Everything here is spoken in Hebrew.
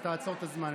אז תעצור את הזמן,